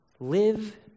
Live